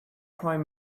prime